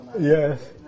Yes